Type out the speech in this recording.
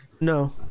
no